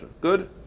Good